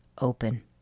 open